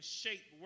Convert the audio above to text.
shape